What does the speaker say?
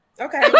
okay